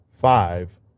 five